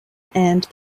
and